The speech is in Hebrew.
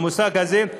המושג הזה,